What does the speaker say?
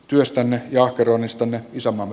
työstämme kroonisten isomman